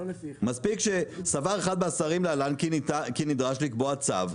מספיק שסבר אחד מהשרים להלן כי נדרש לקבוע צו.